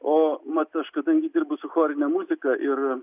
o mat aš kadangi dirbu su chorine muzika ir